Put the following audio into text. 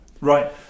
right